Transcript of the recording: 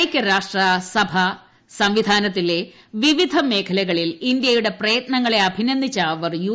ഐക്യരാഷ്ട്ര സഭ സംവിധാനത്തിലെ വിവിധ മേഖലകളിൽ ഇന്ത്യയുടെ പ്രയത്നങ്ങളെ അഭിനന്ദിച്ച അവർ യു